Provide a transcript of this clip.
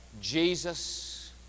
Jesus